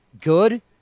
good